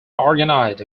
organized